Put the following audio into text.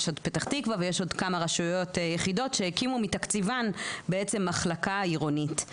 יש עוד פתח תקווה ועוד כמה רשויות יחידות שהקימו מתקציבן מחלקה עירונית.